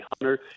hunter